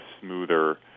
smoother